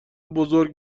بزرگ